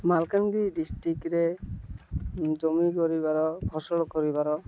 ମାଲକାନଗିରି ଡିଷ୍ଟ୍ରିକରେ ଜମି କରିବାର ଫସଲ କରିବାର